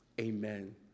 Amen